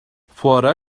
fuara